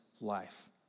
life